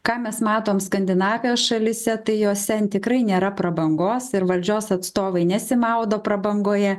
ką mes matom skandinavijos šalyse tai jose tikrai nėra prabangos ir valdžios atstovai nesimaudo prabangoje